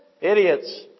Idiots